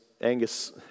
Angus